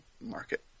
market